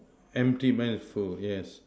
empty mine is full yes